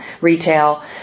retail